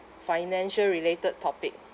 financial-related topic